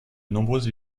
nombreuses